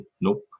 nope